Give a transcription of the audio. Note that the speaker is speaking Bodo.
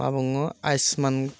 मा बुङो आयुसमान